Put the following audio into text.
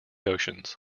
oceans